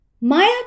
Maya